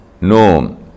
no